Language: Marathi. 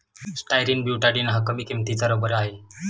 स्टायरीन ब्यूटाडीन हा कमी किंमतीचा रबर आहे